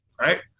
right